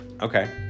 Okay